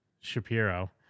Shapiro